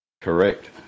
Correct